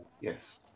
Yes